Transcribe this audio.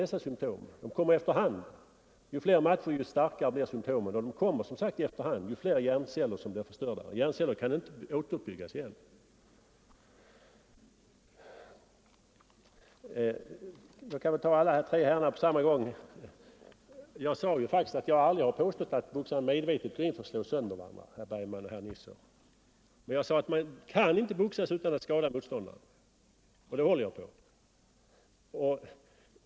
De kommer efter hand, och ju fler matcher en boxare varit med om desto starkare blir symtomen. De kommer efter hand som hjärncellerna blir förstörda, och hjärnceller kan inte återuppbyggas igen. Jag kan bemöta alla tre herrarna på en gång. Jag sade faktiskt att jag aldrig har påstått att boxarna medvetet slår sönder varandra, herr Bergman i Nyköping och herr Nisser. Jag sade att man inte kan boxas utan att skada motståndaren och det håller jag på.